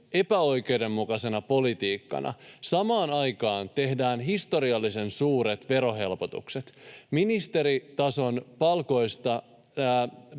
epäoikeudenmukaisena politiikkana. Samaan aikaan tehdään historiallisen suuret verohelpotukset. Ministeritason palkoista